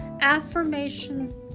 Affirmations